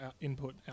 input